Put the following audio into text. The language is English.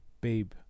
babe